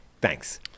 Thanks